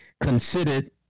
considered